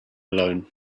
alone